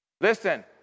Listen